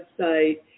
website